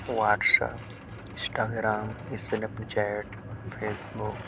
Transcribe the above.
what's up Instagram Snapchat face book